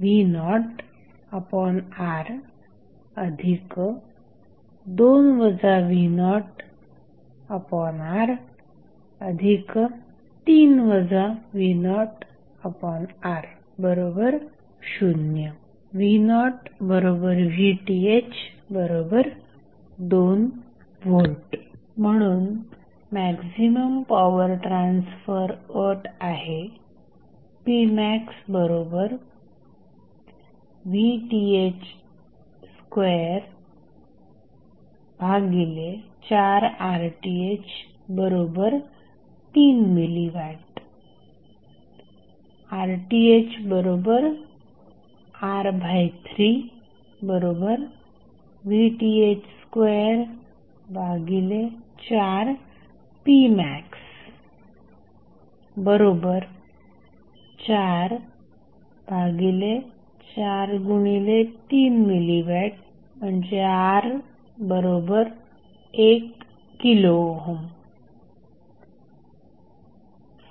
1 v0R2 v0R3 v0R0 v0VTh2V म्हणून maximum power transfer अट आहे PmaxVTh24RTh3mW RThR3VTh24Pmax443mW⇒R1k